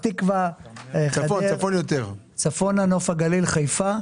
יותר - נוף הגליל, חיפה.